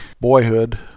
boyhood